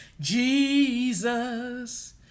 Jesus